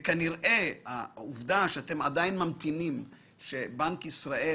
העובדה היא שאתם עדיין ממתינים שבנק ישראל